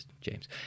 James